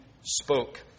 spoke